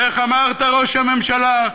ואיך אמרת, ראש הממשלה?